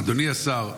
אדוני השר,